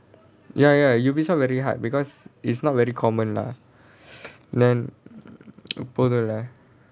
ya ya Ubisoft very hard because it's not very common lah then